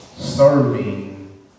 Serving